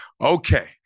okay